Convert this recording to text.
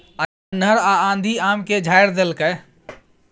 अन्हर आ आंधी आम के झाईर देलकैय?